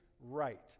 right